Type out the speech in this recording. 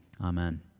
amen